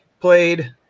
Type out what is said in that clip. played